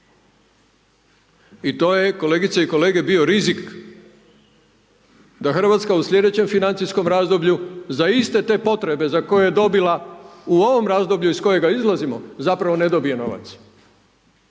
I to je kolegice i kolege, bio rizik da Hrvatska u sljedećem financijskom razdoblju za iste te potrebe za koje je dobila u ovom razdoblju iz kojega izlazimo, zapravo ne dobije novac.